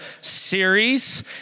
series